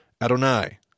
Adonai